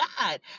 God